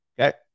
Okay